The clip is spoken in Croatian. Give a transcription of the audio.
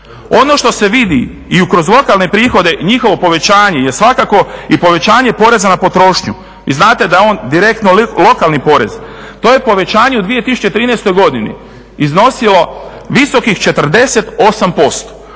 Ono što se vidi i kroz lokalne prihode i njihovo povećanje je svakako i povećanje poreza na potrošnju. Vi znate da je on direktno lokalni porez. To je povećanje u 2013. godini iznosilo visokih 48%,